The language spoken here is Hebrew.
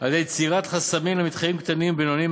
על-ידי יצירת חסמים למתחרים קטנים ובינוניים